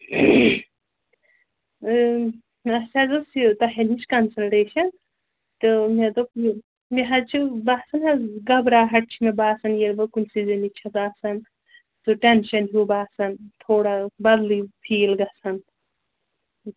اَسہِ حظ ٲسۍ یہِ تۄہہِ نِش کَنسَلٹیشَن تہٕ مےٚ دوٚپ یہِ مےٚ حظ چھِ باسان حظ گھبراہٹ چھِ مےٚ باسان ییٚلہِ بہٕ کُنسٕے زٔنِس چھَس آسان سُہ ٹینشَن ہیٗو باسان تھوڑا بدلٕے فیٖل گژھان